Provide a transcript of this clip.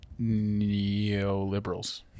neoliberals